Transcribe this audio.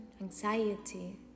anxiety